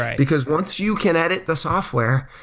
because once you can edit the software,